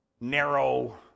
narrow